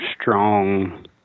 strong